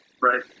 Right